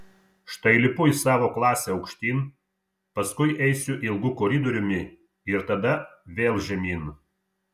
štai lipu į savo klasę aukštyn paskui eisiu ilgu koridoriumi ir tada vėl žemyn